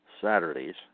Saturdays